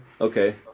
Okay